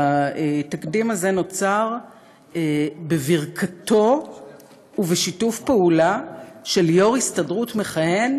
והתקדים הזה נוצר בברכתו ובשיתוף פעולה של יו"ר הסתדרות מכהן,